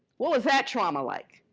what was that trauma like?